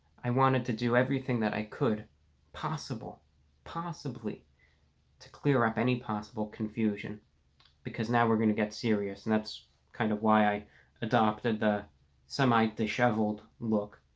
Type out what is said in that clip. i wanted to do everything that i could possible possibly to clear up any possible confusion because now we're gonna get serious and that's kind of why i adopted the semi disheveled look,